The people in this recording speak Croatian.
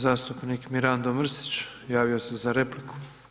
Zastupnik Mirando Mrsić javio se za repliku.